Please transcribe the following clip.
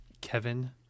Kevin